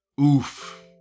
Oof